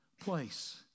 place